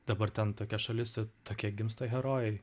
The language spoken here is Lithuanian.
dabar ten tokia šalis tokie gimsta herojai